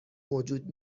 موجود